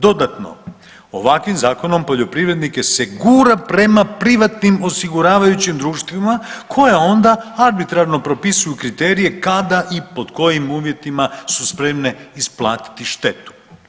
Dodatno, ovakvim zakonom poljoprivrednike se gura prema privatnim osiguravajućim društvima koja onda arbitrarno propisuju kriterije kada i pod kojim uvjetima su spremne isplatiti štetu.